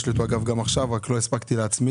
יש לי אותו גם עכשיו אבל לא הספקתי להצמיד.